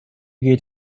geht